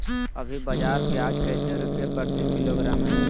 अभी बाजार प्याज कैसे रुपए प्रति किलोग्राम है?